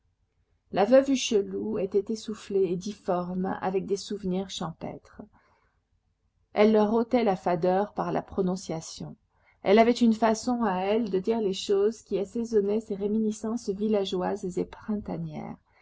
la veuve hucheloup était essoufflée et difforme avec des souvenirs champêtres elle leur ôtait la fadeur par la prononciation elle avait une façon à elle de dire les choses qui assaisonnait ses réminiscences villageoises et printanières